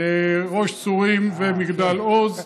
ראש צורים ומגדל עוז,